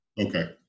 Okay